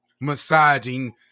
massaging